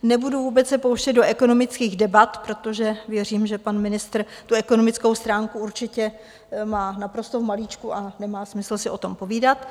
Nebudu se vůbec pouštět do ekonomických debat, protože věřím, že pan ministr tu ekonomickou stránku má určitě naprosto v malíčku, a nemá smysl si o tom povídat.